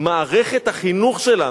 מערכת החינוך שלנו.